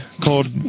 called